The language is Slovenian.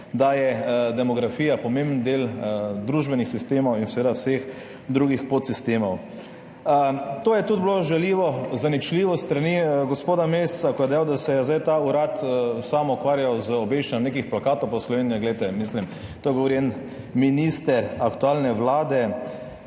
da je demografija pomemben del družbenih sistemov in seveda vseh drugih podsistemov. To je tudi bilo žaljivo, zaničljivo s strani gospoda Mesca, ko je dejal, da se je ta urad samo ukvarjal z obešanjem nekih plakatov po Sloveniji. Glejte, mislim, to govori en minister aktualne vlade.